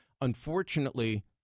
Unfortunately